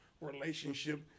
relationship